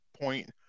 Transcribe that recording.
point